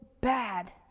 bad